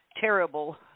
terrible